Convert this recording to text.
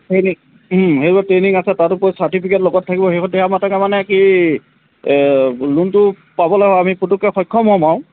training সেইবোৰত training আছে তাৰোপৰি চাৰ্টিফিকেট লগত থাকিব সেইখন দিয়া মাত্ৰকে মানে কি লোনটো পাবলে আমি পটককে সক্ষম হ'ম আৰু